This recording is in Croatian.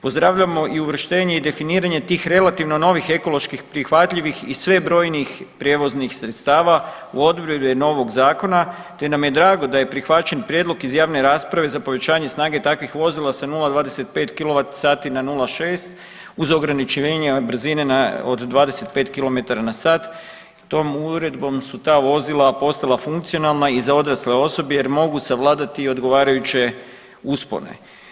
Pozdravljamo i uvrštenje i definiranje tih relativno novih ekološki prihvatljivih i sve brojnijih prijevoznih sredstava u okrilju novog zakona, te nam je drago da je prihvaćen prijedlog iz javne rasprave za povećanje snage takvih vozila sa 0,25 kilovat sati na 0,6 uz ograničenja brzine od 25 km/h. Tom uredbom su ta vozila postala funkcionalna i za odrasle osobe jer mogu savladati i odgovarajuće uspone.